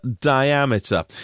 diameter